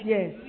Yes